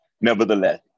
nevertheless